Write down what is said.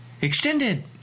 extended